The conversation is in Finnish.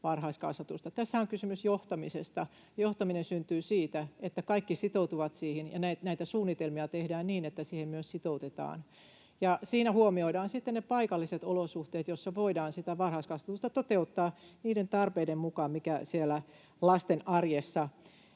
varhaiskasvatusta. Tässähän on kysymys johtamisesta. Johtaminen syntyy siitä, että kaikki sitoutuvat siihen ja näitä suunnitelmia tehdään niin, että siihen myös sitoutetaan. Ja siinä huomioidaan sitten ne paikalliset olosuhteet, joissa voidaan varhaiskasvatusta toteuttaa niiden tarpeiden mukaan, jotka siellä lasten arjessa